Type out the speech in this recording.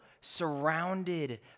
surrounded